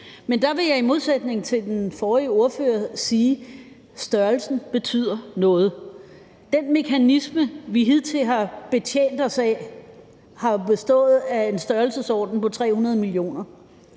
Men der vil jeg i modsætning til den forrige ordfører sige, at størrelsen betyder noget. Den mekanisme, vi hidtil har betjent os af, har jo bestået af en størrelsesorden på 300 mio.